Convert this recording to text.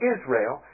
Israel